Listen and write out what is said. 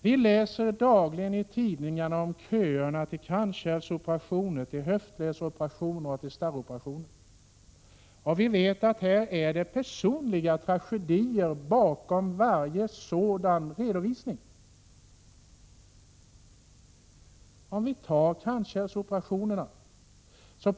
Vi läser dagligen i tidningarna om köerna till kranskärlsoperationer, till höftledsoperationer och till starroperationer. Vi vet att det ligger personliga tragedier bakom varje sådan redovisning. Låt oss ta kranskärlsoperationerna som exempel.